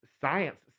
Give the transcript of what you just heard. Science